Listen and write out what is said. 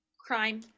crime